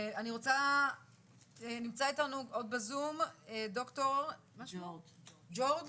נמצא איתנו בזום ד"ר ג'ורג',